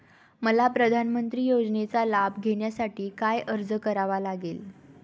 मला प्रधानमंत्री योजनेचा लाभ घेण्यासाठी काय अर्ज करावा लागेल?